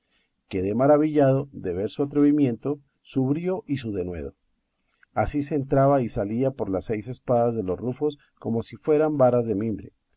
quedé maravillado de ver su atrevimiento su brío y su denuedo así se entraba y salía por las seis espadas de los rufos como si fueran varas de mimbre